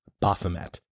Baphomet